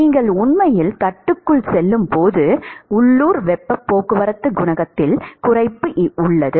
நீங்கள் உண்மையில் தட்டுக்குள் செல்லும்போது உள்ளூர் வெப்பப் போக்குவரத்து குணகத்தில் குறைப்பு உள்ளது